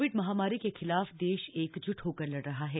Covid महामारी के खिलाफ देश एकज्ट होकर लड़ रहा है